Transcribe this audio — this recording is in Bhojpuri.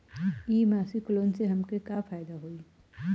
इ मासिक लोन से हमके का फायदा होई?